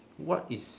what is